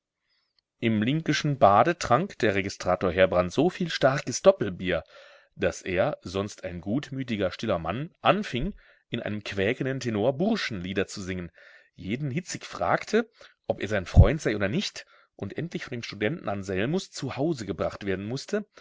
im linkeschen bade trank der registrator heerbrand so viel starkes doppelbier daß er sonst ein gutmütiger stiller mann anfing in einem quäkenden tenor burschenlieder zu singen jeden hitzig fragte ob er sein freund sei oder nicht und endlich von dem studenten anselmus zu hause gebracht werden mußte